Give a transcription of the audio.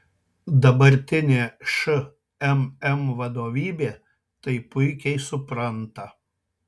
dabartinė šmm vadovybė tai puikiai supranta